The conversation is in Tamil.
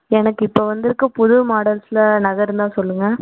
எனக்கு இப்போ வந்துருக்க புது மாடல்ஸில் நகை இருந்தால் சொல்லுங்கள்